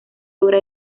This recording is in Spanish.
obra